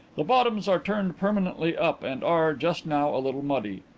the bottoms are turned permanently up and are, just now, a little muddy,